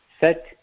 set